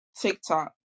TikTok